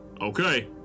Okay